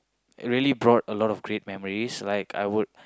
really brought a lot of great memories like I would